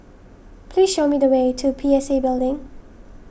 please show me the way to P S A Building